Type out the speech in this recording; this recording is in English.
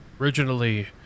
originally